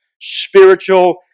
spiritual